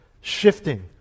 shifting